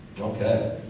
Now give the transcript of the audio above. Okay